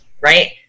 Right